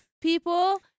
people